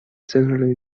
generally